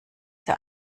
der